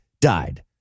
died